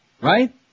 Right